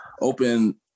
open